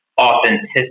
authenticity